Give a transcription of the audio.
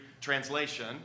translation